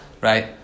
right